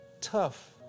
tough